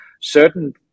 certain